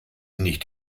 nicht